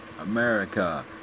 America